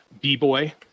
B-Boy